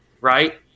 right